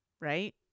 right